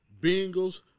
Bengals